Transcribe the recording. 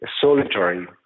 solitary